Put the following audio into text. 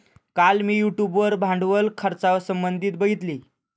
काल मी यूट्यूब वर भांडवल खर्चासंबंधित बघितले